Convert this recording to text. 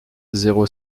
zéro